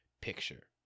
picture